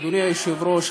אדוני היושב-ראש,